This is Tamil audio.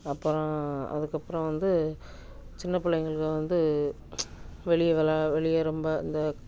அப்புறோம் அதுக்கப்புறம் வந்து சின்ன பிள்ளைங்களுக வந்து வெளியே விளா வெளியே ரொம்ப அந்த